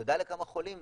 אתה יודע לכמה חולים?